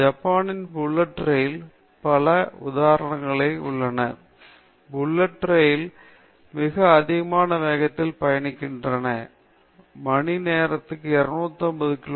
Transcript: ஜப்பானிய புல்லட் ரயில் பல உதாரணங்களும் உள்ளன புல்லட் ரயில் புல்லட் ரயில்கள் மிக அதிகமான வேகத்தில் பயணிக்கின்றன மணி நேரத்திற்கு 250 கி